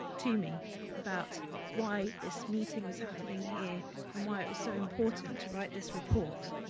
to me about why this meeting was happening here and why it was so important to write this report.